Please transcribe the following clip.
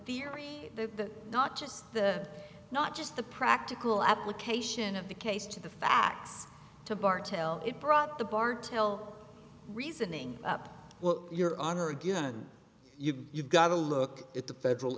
theory not just the not just the practical application of the case to the facts to bartell it brought the bar tell reasoning up well your honor again and you've got to look at the federal